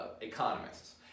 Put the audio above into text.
economists